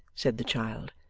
said the child,